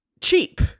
cheap